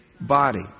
body